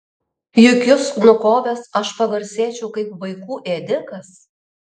juk jus nukovęs aš pagarsėčiau kaip vaikų ėdikas